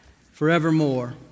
forevermore